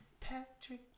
Patrick